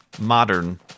modern